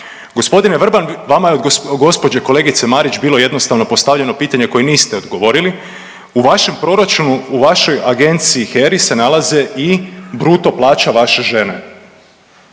G. Vrban, vama je od gđe. kolegice Marić bilo jednostavno postavljeno pitanje koji niste odgovorili. U vašem proračunu, u vašoj Agenciji, HERA-i se nalaze i bruto plaća vaše žene